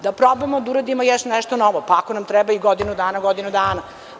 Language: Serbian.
Da probamo da uradimo još nešto novo, pa ako nam treba i godinu dana, godinu dana.